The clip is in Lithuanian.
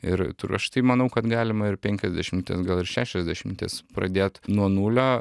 ir tu ir aš tai manau kad galima ir penkiasdešimties gal ir šešiasdešimties pradėt nuo nulio